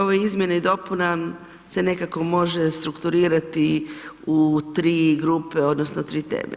Ove izmjene i dopuna se nekako može strukturirati u tri grupe odnosno tri teme.